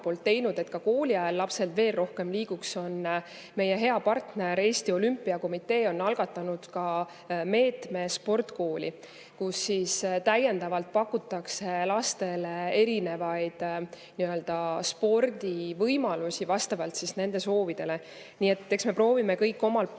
et ka kooli ajal lapsed veel rohkem liiguks? Meie hea partner Eesti Olümpiakomitee on algatanud meetme "Sport kooli!", et täiendavalt pakkuda lastele erinevaid spordivõimalusi vastavalt nende soovidele. Nii et eks me proovime omalt poolt